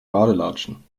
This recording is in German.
badelatschen